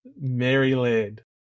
Maryland